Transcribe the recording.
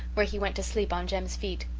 where he went to sleep on jem's feet.